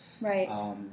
Right